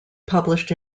published